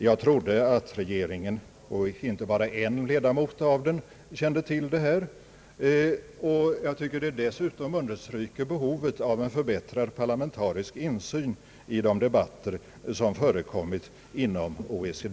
Jag trodde att regeringen, och inte bara en ledamot av den, kände till detta. Jag tycker dessutom att vad som här hänt understryker behovet av en förbättrad parlamentarisk insyn i de debatter som äger rum inom OECD.